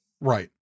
Right